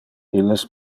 illes